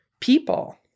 people